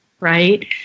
right